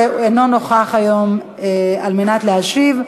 שאינו נוכח היום על מנת להשיב.